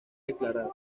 declarar